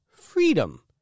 freedom